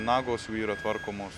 nagos jau yra tvarkomos